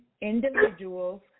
individuals